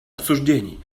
обсуждений